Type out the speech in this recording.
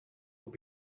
will